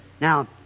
now